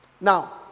Now